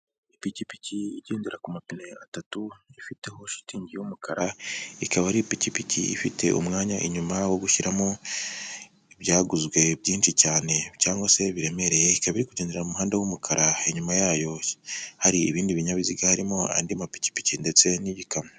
Ipikipiki igendera ku mapine atatu ifiteho shitingi y'umukara, ikaba ari ipikipiki ifite umwanya inyuma wo gushyiramo ibyaguzwe byinshi cyane cyangwa se biremereye, ikaba iri kugendera mu muhanda w'umukara, inyuma yayo hari ibindi binyabiziga, harimo andi mapikipiki ndetse n'ibikamyo.